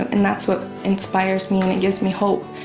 and that's what inspires me and it gives me hope,